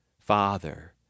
Father